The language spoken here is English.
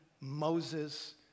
Moses